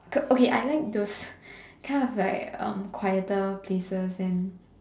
K okay I like those kind of like um quieter places and